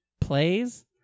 plays